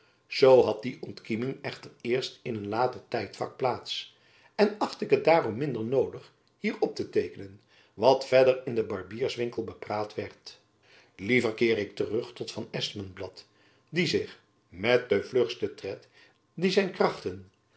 zoo had die ontkieming echter eerst in een later tijdvak plaats en acht ik het daarom minder noodig hier op te teekenen wat verder in den barbierswinkel bepraat werd liever keer ik terug tot van espenblad die zich met den vlugsten tred dien zijn krachten